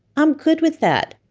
i'm good with that,